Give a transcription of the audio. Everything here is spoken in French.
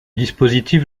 dispositif